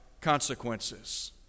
consequences